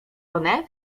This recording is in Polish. one